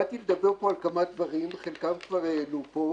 באתי לדבר על כמה דברים, את חלקם כבר העלו פה.